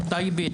טייבה,